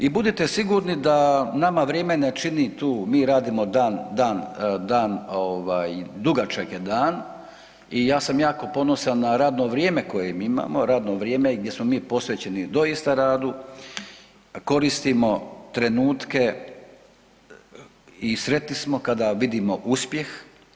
I budite sigurni da nama vrijeme ne čini tu, mi radimo dan dugačak je dan i ja sam jako ponosan na radno vrijeme koje mi imamo, radno vrijeme gdje smo mi posvećeni doista radu, koristimo trenutka i sretni smo kada vidimo uspjeh.